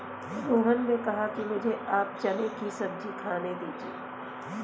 रोहन ने कहा कि मुझें आप चने की सब्जी खाने दीजिए